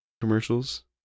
commercials